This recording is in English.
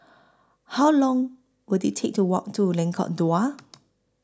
How Long Will IT Take to Walk to Lengkok Dua